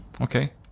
okay